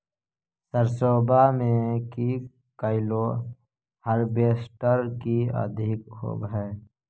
सरसोबा मे की कैलो हारबेसटर की अधिक होब है?